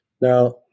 Now